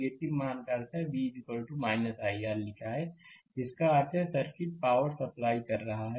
negative मान का अर्थ है यह V i R लिखा है जिसका अर्थ है कि सर्किट पावर सप्लाई कर रहा है